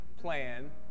plan